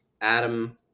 Adam